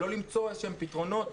לא למצוא פתרונות,